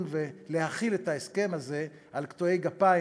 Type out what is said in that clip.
ולהחיל את ההסכם הזה על קטועי גפיים,